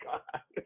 God